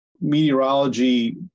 meteorology